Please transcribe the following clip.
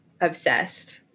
obsessed